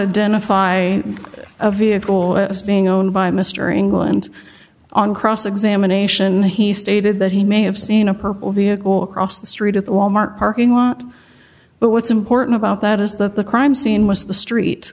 a dent if i a vehicle is being owned by mr england on cross examination he stated that he may have seen a purple vehicle across the street at the wal mart parking lot but what's important about that is that the crime scene was the street